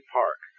park